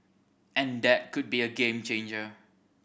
and that could be a game changer